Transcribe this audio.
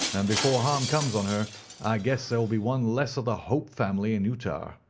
and before harm comes on her i guess there will be one less o' the hope family in utah.